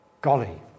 golly